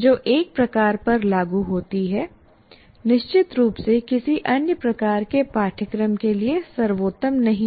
जो एक प्रकार पर लागू होती है निश्चित रूप से किसी अन्य प्रकार के पाठ्यक्रम के लिए सर्वोत्तम नहीं है